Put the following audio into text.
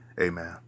Amen